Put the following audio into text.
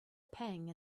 pang